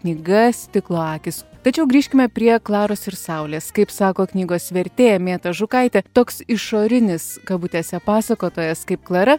knyga stiklo akys tačiau grįžkime prie klaros ir saulės kaip sako knygos vertėja mėta žukaitė toks išorinis kabutėse pasakotojas kaip klara